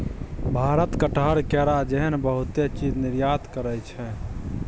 भारत कटहर, केरा जेहन बहुते चीज निर्यात करइ छै